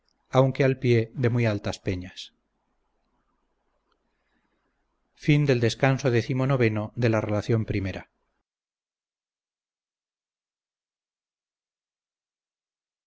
aunque al pie de muy altas peñas